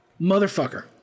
Motherfucker